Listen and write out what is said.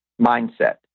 mindset